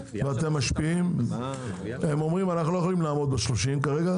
הם אומרים: אנחנו לא יכולים לעמוד כרגע ב-30,